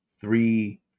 three